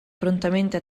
prontamente